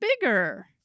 bigger